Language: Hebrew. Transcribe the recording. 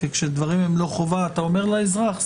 כי חברה ממשלתית היא לא תחת החוק הזה,